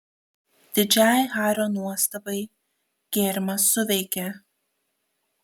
didžiai hario nuostabai gėrimas suveikė